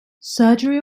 surgery